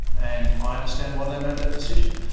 and i understand why they made that decision.